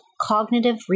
cognitive